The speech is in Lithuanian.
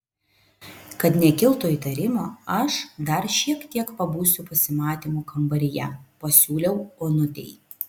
kad nekiltų įtarimo aš dar šiek tiek pabūsiu pasimatymų kambaryje pasiūliau onutei